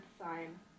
sign